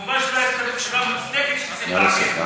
כמובן שלא, סיבה מוצדקת, נא לסיים.